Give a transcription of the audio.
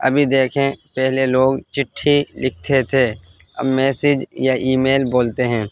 ابھی دیکھیں پہلے لوگ چٹھی لکھتے تھے اب میسج یا ای میل بولتے ہیں